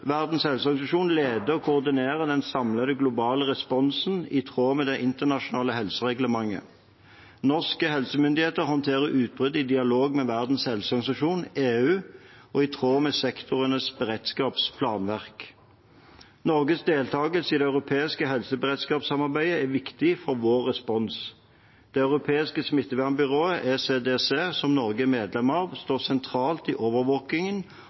Verdens helseorganisasjon leder og koordinerer den samlede globale responsen i tråd med Det internasjonale helsereglementet. Norske helsemyndigheter håndterer utbruddet i dialog med Verdens helseorganisasjon, EU og i tråd med sektorens beredskapsplanverk. Norges deltakelse i det europeiske helseberedskapssamarbeidet er viktig for vår respons. Det europeiske smittevernbyrået, ECDC, som Norge er medlem av, står sentralt i overvåkingen